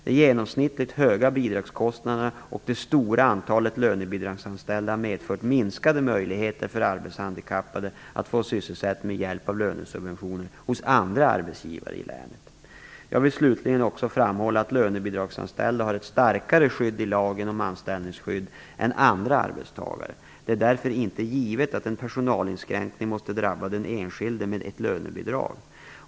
De genomsnittligt höga bidragskostnaderna och det stora antalet lönebidragsanställda har medfört minskade möjligheter för arbetshandikappade att få sysselsättning med hjälp av lönesubventioner hos andra arbetsgivare i länet. Jag vill slutligen också framhålla att lönebidragsanställda har ett starkare skydd i lagen om anställningsskydd än andra arbetstagare. Det är därför inte givet att en personalinskränkning måste drabba den enskilde med ett lönebidrag.